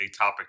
atopic